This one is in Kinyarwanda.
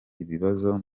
ibibazo